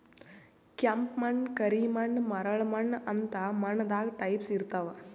ಕೆಂಪ್ ಮಣ್ಣ್, ಕರಿ ಮಣ್ಣ್, ಮರಳ್ ಮಣ್ಣ್ ಅಂತ್ ಮಣ್ಣ್ ದಾಗ್ ಟೈಪ್ಸ್ ಇರ್ತವ್